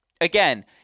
again –